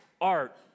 art